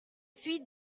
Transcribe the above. suis